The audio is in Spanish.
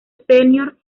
senior